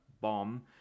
bomb